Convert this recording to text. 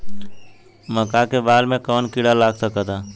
मका के बाल में कवन किड़ा लाग सकता?